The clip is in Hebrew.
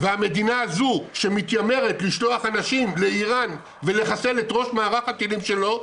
והמדינה הזו שמתיימרת לשלוח אנשים לאיראן ולחסל את ראש מערך הטילים שלה,